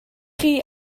chi